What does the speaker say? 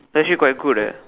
actually quite good eh